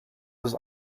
his